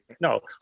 No